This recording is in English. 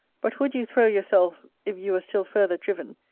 but would you throw yourself, if you were still farther driven,